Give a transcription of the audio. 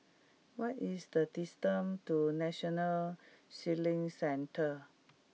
what is the distance to National Sailing Centre